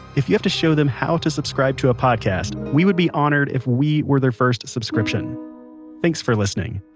if you have to show them how to subscribe to a podcast, we would be honored if we were their first subscription thanks for listening